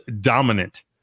dominant